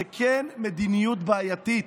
זו כן מדיניות בעייתית,